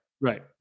Right